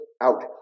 out